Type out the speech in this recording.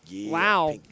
wow